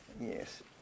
Yes